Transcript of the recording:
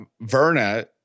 Verna